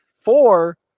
Four